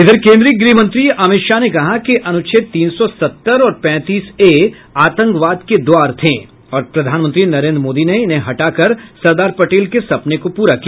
इधर कोन्द्रीय गृहमंत्री अमित शाह ने कहा है कि अनुच्छेद तीन सौ सत्तर और पैंतीस ए आतंकवाद के द्वार थे और प्रधानमंत्री नरेन्द्र मोदी ने इन्हें हटाकर सरदार पटेल के सपने को पूरा किया